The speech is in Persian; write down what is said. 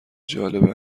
جالب